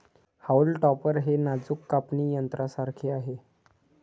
haulm topper हे नाजूक कापणी यंत्रासारखे आहे